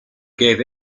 gave